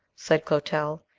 said clotel.